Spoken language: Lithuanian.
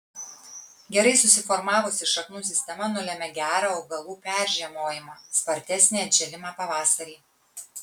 gerai susiformavusi šaknų sistema nulemia gerą augalų peržiemojimą spartesnį atžėlimą pavasarį